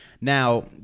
Now